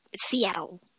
Seattle